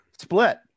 split